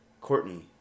Courtney